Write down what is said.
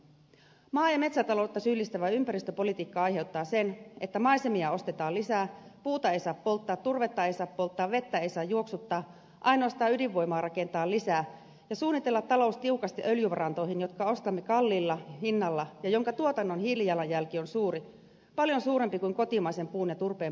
maa ja metsätaloutta syyllistävä ympäristöpolitiikka aiheuttaa sen että maisemia ostetaan lisää puuta ei saa polttaa turvetta ei saa polttaa vettä ei saa juoksuttaa ainoastaan ydinvoimaa rakentaa lisää ja suunnitella talous tiukasti öljyvarantoihin jotka ostamme kalliilla hinnalla ja joiden tuotannon hiilijalanjälki on suuri paljon suurempi kuin kotimaisen puun ja turpeen polttamisella on